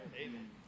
Amen